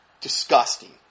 disgusting